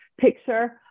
picture